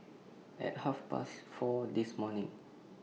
At Half Past four This morning